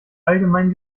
allgemeinen